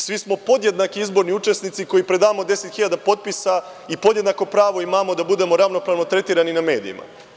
Svi smo podjednaki izborni učesnici koji predamo deset hiljada potpisa i podjednako pravo imamo da budemo ravnopravno tretirani na medijima.